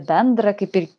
bendrą kaip ir